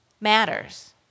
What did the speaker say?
matters